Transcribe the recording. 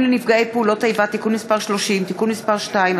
לנפגעי פעולות איבה (תיקון מס' 30) (תיקון מס' 2),